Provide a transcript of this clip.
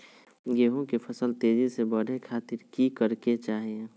गेहूं के फसल तेजी से बढ़े खातिर की करके चाहि?